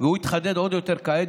והוא התחדד עוד יותר כעת,